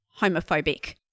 homophobic